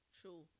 True